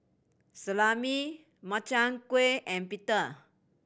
Salami Makchang Gui and Pita